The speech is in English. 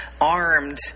armed